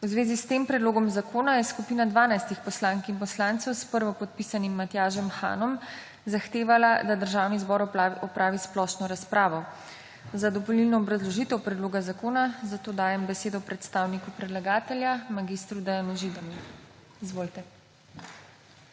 V zvezi s tem predlogom zakona je skupina 12 poslank in poslancev s prvopodpisanim Matjažem Hanom zahtevala, da Državni zbor opravi splošno razpravo. Za dopolnilno obrazložitev predloga zakona zato dajem besedo predstavniku predlagatelja mag. Dejanu Židanu. Izvolite.